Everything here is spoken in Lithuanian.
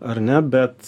ar ne bet